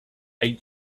eight